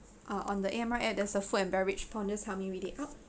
ah on the A_M_R ad there's a food and beverage help me read it out